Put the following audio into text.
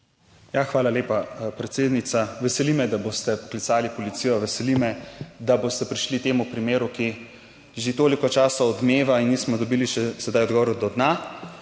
Hvala lepa, predsednica. Veseli me, da boste poklicali policijo. Veseli me, da boste prišli temu primeru, ki že toliko časa odmeva in nismo dobili še sedaj odgovorov do dna.